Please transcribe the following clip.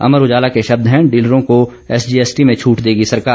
अमर उजाला के शब्द हैं डीलरों को एसजीएसटी में छूट देगी सरकार